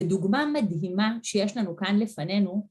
דוגמה מדהימה שיש לנו כאן לפנינו